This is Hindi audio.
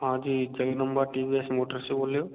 हाँ जी Jagdamba TVS Motors से बोल रहे हो